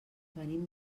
venim